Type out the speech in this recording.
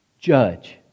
Judge